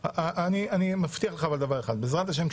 אני מבטיח לך אבל דבר אחד: בעזרת השם,